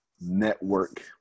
network